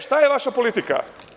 Šta je vaša politika?